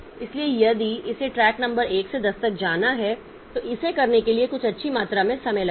इसलिए यदि इसे ट्रैक नंबर 1 से 10 तक जाना है तो इसे करने के लिए कुछ अच्छी मात्रा में समय लगेगा